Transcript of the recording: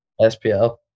spl